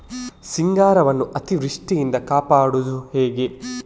ಸಿಂಗಾರವನ್ನು ಅತೀವೃಷ್ಟಿಯಿಂದ ಕಾಪಾಡುವುದು ಹೇಗೆ?